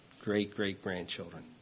great-great-grandchildren